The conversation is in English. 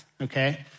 Okay